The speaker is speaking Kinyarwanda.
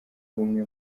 ubumwe